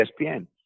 ESPN